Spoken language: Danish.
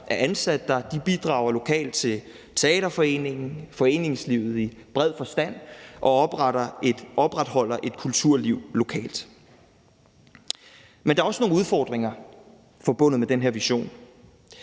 gymnasier, bidrager lokalt til teaterforeningen og foreningslivet i bred forstand og opretholder et kulturliv lokalt. Men der er også nogle udfordringer forbundet med den her vision.